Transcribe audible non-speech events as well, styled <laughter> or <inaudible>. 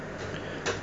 <breath>